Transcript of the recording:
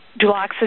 Duloxetine